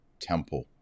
temple